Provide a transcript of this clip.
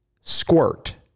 squirt